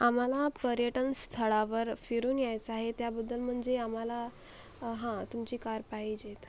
आम्हाला पर्यटनस्थळावर फिरून यायचं आहे त्याबद्दल म्हणजे आम्हाला अं हा तुमची कार पाहिजेत